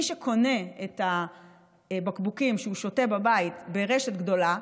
מי שקונה את הבקבוקים שהוא שותה בבית ברשת גדולה,